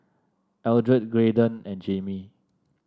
Eldred Graydon and Jaimee